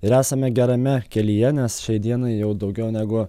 ir esame gerame kelyje nes šiai dienai jau daugiau negu